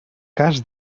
cas